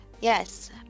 Yes